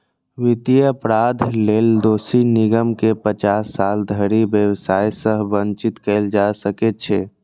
वित्तीय अपराध लेल दोषी निगम कें पचास साल धरि व्यवसाय सं वंचित कैल जा सकै छै